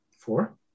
Four